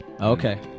Okay